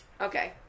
Okay